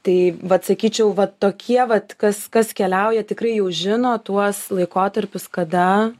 tai vat sakyčiau vat tokie vat kas kas keliauja tikrai jau žino tuos laikotarpius kada